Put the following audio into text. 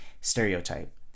stereotype